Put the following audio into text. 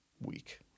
week